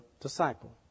disciple